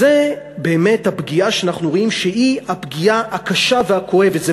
זו באמת הפגיעה שאנחנו רואים שהיא הפגיעה הקשה והכואבת.